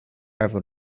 ever